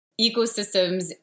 ecosystems